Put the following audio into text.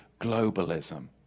globalism